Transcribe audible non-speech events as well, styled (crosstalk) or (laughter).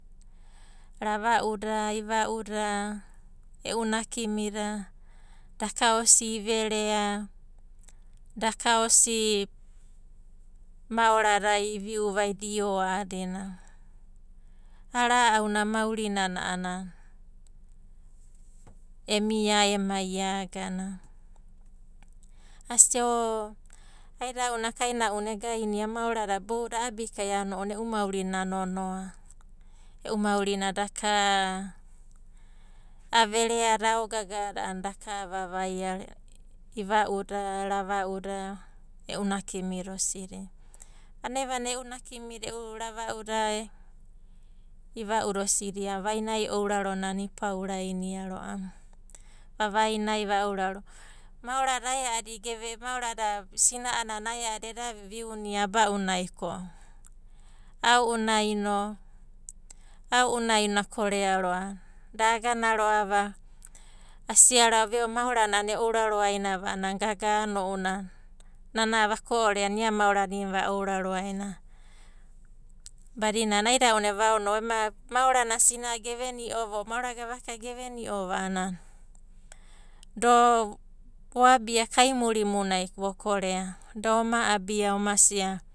Rava'uda, iva'uda, e'u nakimida daka osi iverea, daka osi moarada iviu vaidio o a'adina. A'a ra'auna maurinana a'ana emia emai agana. Asia o aida'una kaina'una egaina moarada boudadai a'abika ounanai e'u maurina nonoa. E'u maurina daka a'a vereada, aogaga'ada a'ana daka avavaia iva'uda, rav'uda, e'u nakimida osidi. Vanai vanai e'u nakimida, e'u rava'uda, iva'uda osidi a'ana vainai ourarona no ipaurainia ro'ava, va vainai va ouraro. Moarada ae'adi geve, moarana sina'anana ae'adi eda viunia aba'unai ko ao'unai no a korea ro'ava, da agana ro'ava asiara'o ve'o moarana a'ana e'ouraro ainava a'ana gaga'a ounana nana vako'ore a'ana ia moarana i'inana va ouraro aina. Badina aida'una evaono'u ema moarana sina'a geveni'ova o maora gavaka ge veni'ova a'ana (hesitation) voabia kaimurimunai vokorea, doma abia oma sia.